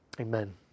Amen